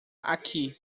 aqui